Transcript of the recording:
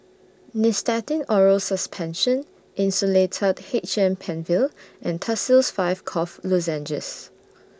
Nystatin Oral Suspension Insulatard H M PenFill and Tussils five Cough Lozenges